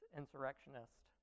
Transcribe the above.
insurrectionist